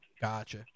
Gotcha